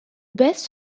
best